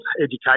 education